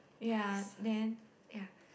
ya then ya